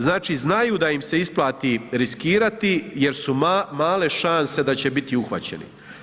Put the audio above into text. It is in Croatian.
Znači znaju da im se isplati riskirati jer su male šanse da će biti uhvaćeni.